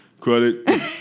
credit